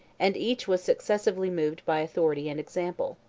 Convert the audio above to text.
and each was successively moved by authority and example.